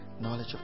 Knowledge